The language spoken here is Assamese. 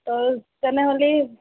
অঁ তেনেহ'লে